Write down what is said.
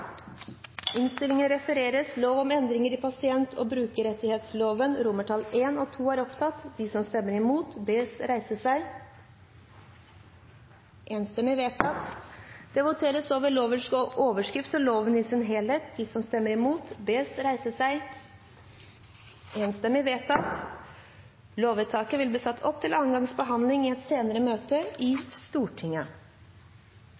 innstillingen. Høyre og Fremskrittspartiet har varslet at de vil stemme for forslaget. Det voteres så over resten av XX. Det voteres over lovens overskrift og loven i sin helhet. Lovvedtaket vil bli satt opp til annen gangs behandling i et senere møte i